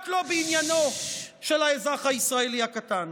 רק לא בעניינו של האזרח הישראלי הקטן.